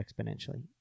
exponentially